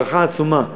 ברכה עצומה.